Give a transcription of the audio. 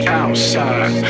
outside